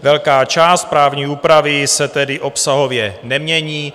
Velká část právní úpravy se tedy obsahově nemění.